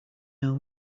know